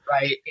Right